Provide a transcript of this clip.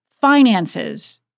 finances